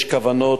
יש כוונות,